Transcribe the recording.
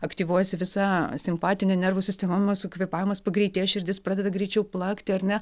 aktyvuojasi visa simpatinė nervų sistema mūsų kvėpavimas pagreitėja širdis pradeda greičiau plakti ar ne